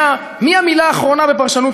מי המילה האחרונה בפרשנות,